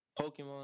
Pokemon